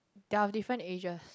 they are of different ages